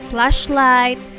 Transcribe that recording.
Flashlight